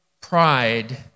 pride